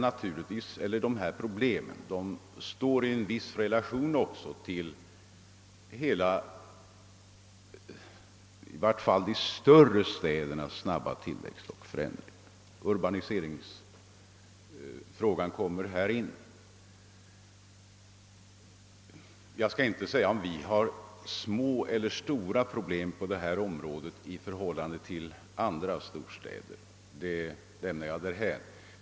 Problemen står självfallet i en viss relation till åtminstone de större städernas snabba tillväxt. Urbaniseringsfrågan kommer här in. Om vi har små eller stora problem på detta område i förhållande till andra storstäder lämnar jag därhän.